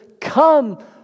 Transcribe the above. Come